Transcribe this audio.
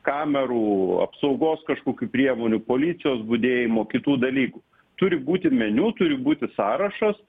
kamerų apsaugos kažkokių priemonių policijos budėjimo kitų dalykų turi būti meniu turi būti sąrašas